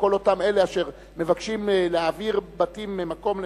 כל אותם אלה שמבקשים להעביר בתים ממקום למקום,